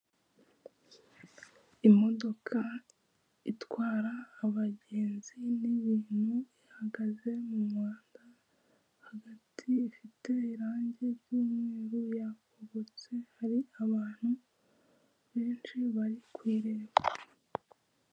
Imodoka itwara abagenzi n'abantu ihagaze mu muhanda hagati, ifite irange ry'umweru, yakobotse hari abantu benshi bari kuyireba.